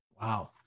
Wow